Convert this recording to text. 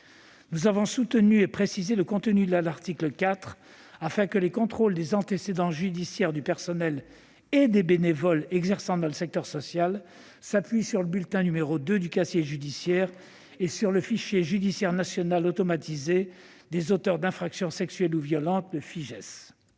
Nous avons précisé le contenu de l'article 4 afin que les contrôles des antécédents judiciaires du personnel et des bénévoles exerçant dans le secteur social s'appuient sur le bulletin n° 2 du casier judiciaire et sur le fichier judiciaire national automatisé des auteurs d'infractions sexuelles ou violentes (Fijais).